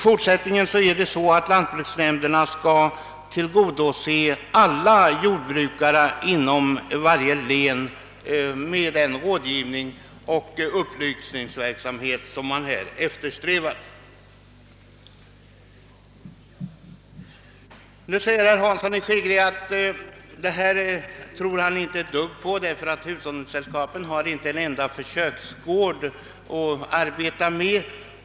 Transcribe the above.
Framdeles skall lantbruksnämnderna = tillgodose = alla Jordbrukarnas behov av råd och upplysning inom varje län. Herr Hansson i Skegrie tror inte på denna omorganisation därför att lantbruksnämnderna inte har en enda försöksgård att arbeta med.